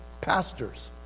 pastors